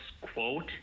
quote